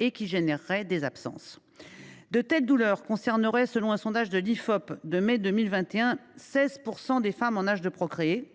d’entraîner des absences. De telles douleurs concerneraient, selon un sondage de l’Ifop de mai 2021, 16 % des femmes en âge de procréer.